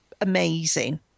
amazing